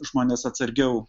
žmonės atsargiau